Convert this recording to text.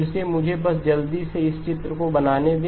फिर से मुझे बस जल्दी से इस चित्र को बनाने दे